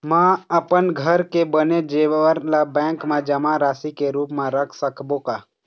म अपन घर के बने जेवर ला बैंक म जमा राशि के रूप म रख सकबो का?